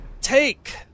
take